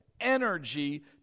Energy